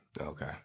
Okay